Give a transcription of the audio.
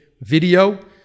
video